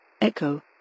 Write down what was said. Echo